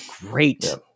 Great